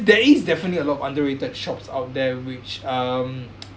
there is definitely a lot of underrated shops out there which um